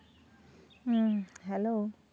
ᱦᱩᱸ ᱦᱮᱞᱳ